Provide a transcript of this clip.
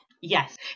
Yes